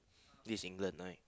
this is England right